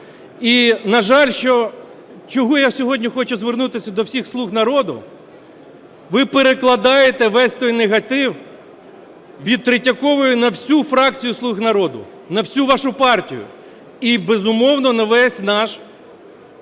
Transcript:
І, на жаль, чого я сьогодні хочу звернутися до всіх "Слуг народу", ви перекладаєте весь той негатив від Третьякової на всю фракцію "Слуг народу", на всю вашу партію і, безумовно, на весь наш корпус